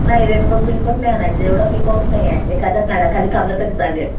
नाही रेनकोट बिनकोट नाही आणायचे एवढा काही पाऊस नाही आहे एखाद्या झाडाखाली थांबलं तरी चालेल